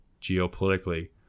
geopolitically